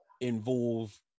involve